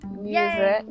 music